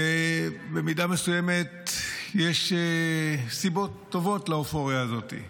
במידה מסוימת יש סיבות טובות לאופוריה הזאת.